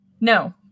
no